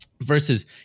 Versus